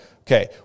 Okay